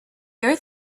your